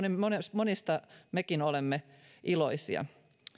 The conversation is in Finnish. monista mekin olemme iloisia